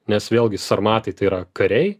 nes vėlgi sarmatai tai yra kariai